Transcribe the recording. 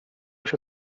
się